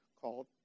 called